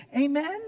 Amen